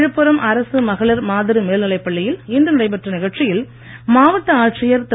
விழுப்புரம் அரசு மகளிர் மாதிரி மேல்நிலைப்பள்ளியில் இன்று நடைபெற்ற நிகழ்ச்சியில் மாவட்ட ஆட்சியர் திரு